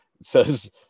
says